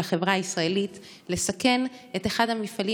לחברה הישראלית לסכן את אחד המפעלים